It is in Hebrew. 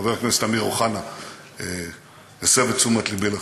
חבר הכנסת אמיר אוחנה הסב את תשומת לבי לכך,